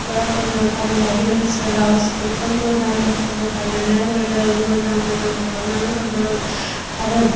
हाबग्राफोरनो गामियारि ओनसोलाव स्कुलखौ मोजां रोखोमै बानायनानै होदों मोजां मोजां खालामनानै होदों आरो